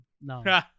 No